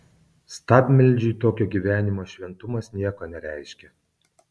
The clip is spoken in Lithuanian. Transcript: stabmeldžiui tokio gyvenimo šventumas nieko nereiškia